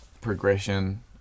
progression